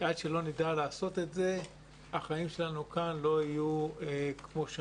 שעד שלא נדע לעשות את זה החיים שלנו כאן לא יהיו כמו מה